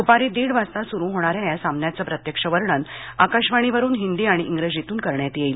दूपारी दीड वाजता सुरु होणाऱ्या या सामन्याचं प्रत्यक्ष वर्णन आकाशवाणीवरूनहिंदी आणि इंग्रजीतून करण्यात येईल